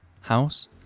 House